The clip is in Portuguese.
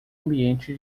ambiente